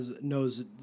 knows